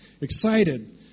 Excited